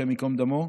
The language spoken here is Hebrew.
השם ייקום דמו,